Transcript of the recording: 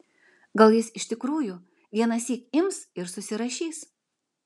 gal jis iš tikrųjų vienąsyk ims ir susirašys